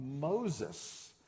Moses